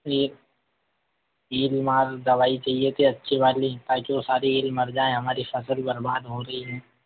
यह दवाई चाहिए थे अच्छे वाली ताकि वह सारी ईल मर जाएं हमारी फसल बर्बाद हो रही हैं